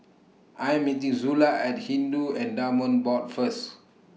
I Am meeting Zula At Hindu Endowments Board First